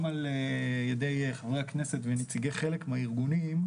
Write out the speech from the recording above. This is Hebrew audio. גם על ידי חברי הכנסת ונציגי חלק מהארגונים,